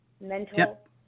mental